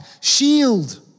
shield